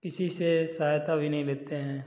किसी से सहायता भी नहीं लेते हैं